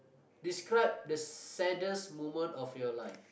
describe the saddest moment of your life